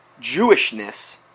Jewishness